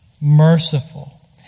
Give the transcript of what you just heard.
merciful